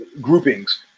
groupings